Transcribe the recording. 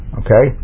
okay